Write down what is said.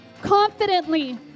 confidently